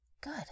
Good